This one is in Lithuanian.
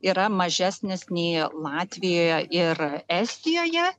yra mažesnis nei latvijoje ir estijoje